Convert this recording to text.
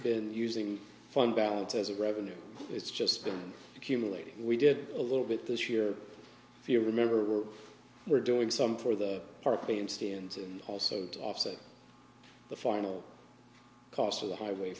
been using fund balance as revenue it's just been accumulating we did a little bit this year if you remember we're doing some for the part b and c and also to offset the final cost of the highway